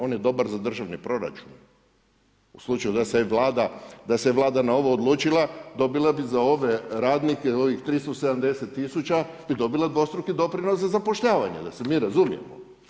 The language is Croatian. On je dobar za državni proračun u slučaju da se Vlada na ovo odlučila, dobila bi za ove radnike, za ovih 370 000 bi dobila dvostruki doprinos za zapošljavanje, da se mi razumijemo.